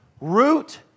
Root